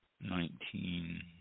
nineteen